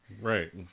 Right